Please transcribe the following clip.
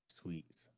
Sweets